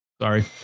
sorry